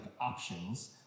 options